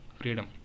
freedom